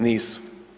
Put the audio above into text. Nisu.